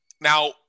Now